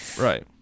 Right